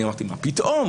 אני אמרתי מה פתאום,